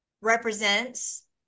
represents